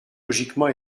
logiquement